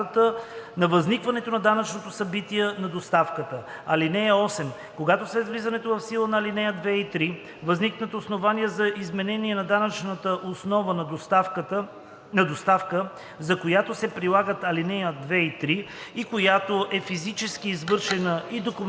на възникване на данъчното събитие на доставката. (8) Когато след влизането в сила на ал. 2 и 3 възникнат основания за изменение на данъчната основа на доставка, за която се прилагат ал. 2 и 3 и която е фактически извършена и документирана